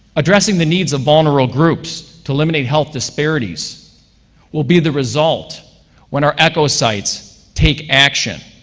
addressing the needs of vulnerable groups to eliminate health disparities will be the result when our echo sites take action.